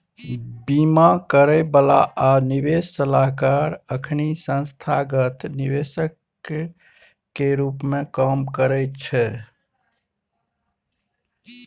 बीमा करइ बला आ निवेश सलाहकार अखनी संस्थागत निवेशक के रूप में काम करइ छै